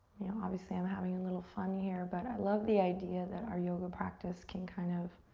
know, obviously, i'm having a little fun here, but i love the idea that our yoga practice can kind of